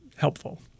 helpful